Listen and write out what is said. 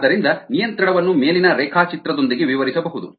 ಆದ್ದರಿಂದ ನಿಯಂತ್ರಣವನ್ನು ಮೇಲಿನ ರೇಖಾಚಿತ್ರದೊಂದಿಗೆ ವಿವರಿಸಬಹುದು